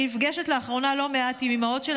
אני נפגשת לאחרונה לא מעט עם אימהות של